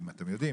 אם אתם יודעים,